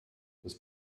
das